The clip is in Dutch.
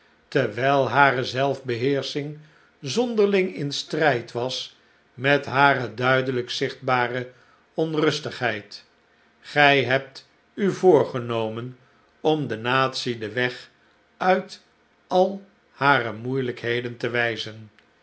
terwijl hare zelfbeheersching zonderling in strijd was met hare duidelijk zichtbare onrustigheia gij hebt u voorgenomen om de natie den weg uit al hare moeielijkheden te wijzen